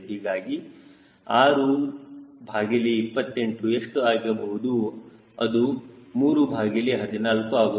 ಹೀಗಾಗಿ 628 ಎಷ್ಟು ಆಗಬಹುದು ಅದು 314 ಆಗುತ್ತದೆ